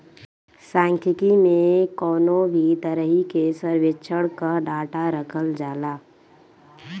सांख्यिकी में कवनो भी तरही के सर्वेक्षण कअ डाटा रखल जाला